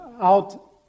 out